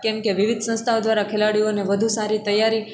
કેમ કે વિવિધ સંસ્થાઓ દ્વારા ખેલાડીઓને વધુ સારી તૈયારી